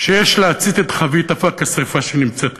שיש להצית את חבית אבק השרפה שנמצאת כאן.